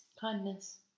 Kindness